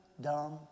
dumb